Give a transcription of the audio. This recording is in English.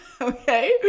okay